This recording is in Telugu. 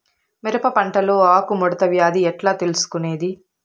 మిరప పంటలో ఆకు ముడత వ్యాధి ఎట్లా తెలుసుకొనేది?